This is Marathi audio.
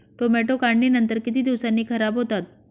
टोमॅटो काढणीनंतर किती दिवसांनी खराब होतात?